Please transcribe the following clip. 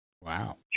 Wow